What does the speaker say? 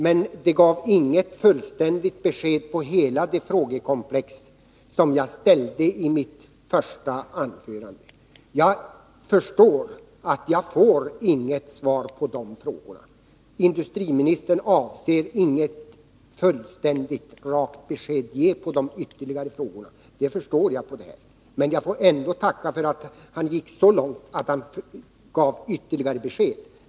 Men inlägget gav inget fullständigt besked om hela det frågekomplex jag reste i mitt första anförande. Jag förstår att jag inte får något svar på de frågorna. Industriministern avser alltså inte att ge något fullständigt, rakt besked i de ytterligare frågorna, vilket jag som sagt så väl förstår. Jag får ändå tacka för att han gick så långt att han gav åtminstone några besked.